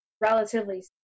relatively